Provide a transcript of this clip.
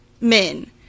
men